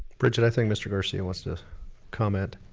bridget i think mr. garcia wants to comment.